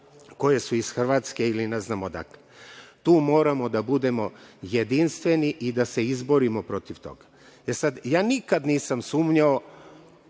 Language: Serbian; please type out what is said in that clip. koje su iz Hrvatske ili ne znam odakle. Tu moramo da budemo jedinstveni i da se izborimo protiv toga. Sad, ja nikad nisam sumnjao